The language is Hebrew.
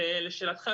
ושאלתך,